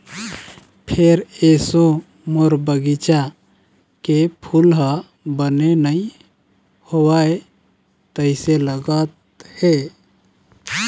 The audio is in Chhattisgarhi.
फेर एसो मोर बगिचा के फूल ह बने नइ होवय तइसे लगत हे